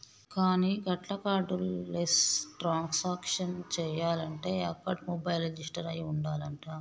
కానీ గట్ల card transaction చేయాలంటే అకౌంట్ మొబైల్ రిజిస్టర్ అయి ఉండాలంట